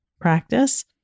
practice